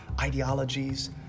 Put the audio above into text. ideologies